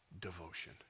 devotion